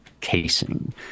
casing